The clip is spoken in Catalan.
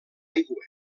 aigua